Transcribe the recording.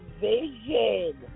vision